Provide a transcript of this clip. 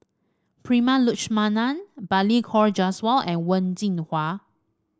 Prema Letchumanan Balli Kaur Jaswal and Wen Jinhua